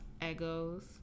Eggos